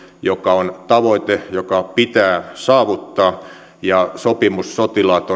on tavoite joka pitää saavuttaa ja sopimussotilaat